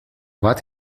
bat